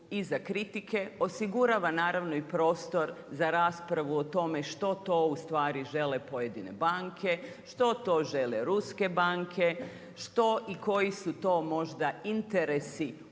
i za kritike, osigurava, naravno i prostor za raspravu o tome što to ustvari žele pojedine banke, što to žele ruske banke, što i koji su to možda interesi